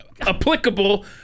applicable